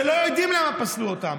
שלא יודעים למה פסלו אותם,